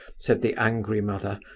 said the angry mother.